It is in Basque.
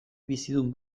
bizidun